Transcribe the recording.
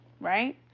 right